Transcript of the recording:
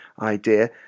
idea